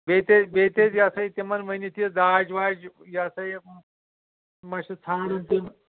بے تھٲ بے تھٲزِ یہِ ہسا یہِ تِمن ؤنِتھ یہ داج واج یہِ ہسا یہِ مہٕ ٲسیٚو ژھانڑان تِم